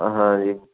ਹਾਂ ਜੀ